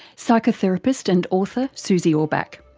psychotherapist and author susie orbach.